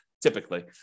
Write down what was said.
typically